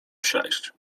przejść